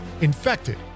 Infected